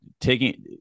taking